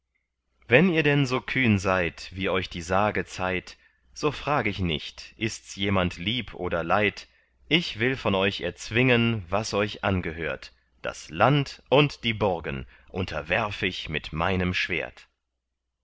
wenn ihr denn so kühn seid wie euch die sage zeiht so frag ich nicht ists jemand lieb oder leid ich will von euch erzwingen was euch angehört das land und die burgen unterwerf ich mit meinem schwert